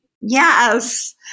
Yes